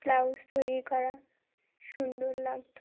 blouse তৈরি করা সুন্দর লাগত